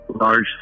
large